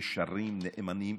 ישרים, נאמנים.